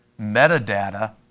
metadata